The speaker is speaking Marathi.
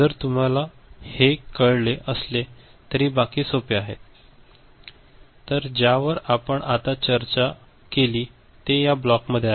जर तुम्हाला हे कळले असेल तर बाकी सोपे आहेत तर ज्या वर आपण आता पर्यंत चर्चा केली ते या ब्लॉक मध्ये आहे